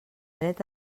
dret